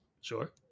sure